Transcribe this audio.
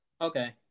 Okay